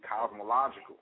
cosmological